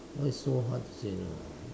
what is so hard to say no